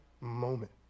moment